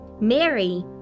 Mary